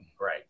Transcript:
Right